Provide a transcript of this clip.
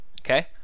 Okay